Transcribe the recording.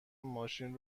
ماشین